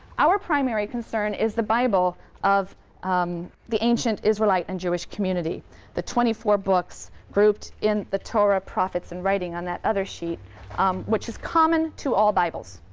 our primary concern is the bible of um the ancient israelite and jewish community the twenty four books grouped in the torah, torah, prophets and writings on that other sheet which is common to all bibles.